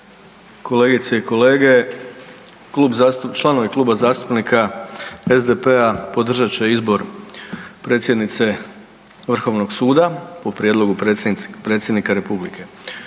kolegice i kolege članovi Kluba zastupnika SDP-a podržat će izbor predsjednice Vrhovnog suda po prijedlogu Predsjednika Republike.